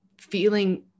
feeling